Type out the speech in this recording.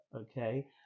okay